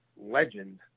legend